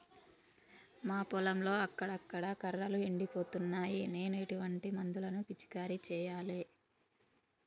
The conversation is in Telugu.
మా పొలంలో అక్కడక్కడ కర్రలు ఎండిపోతున్నాయి నేను ఎటువంటి మందులను పిచికారీ చెయ్యాలే?